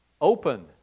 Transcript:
open